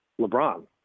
LeBron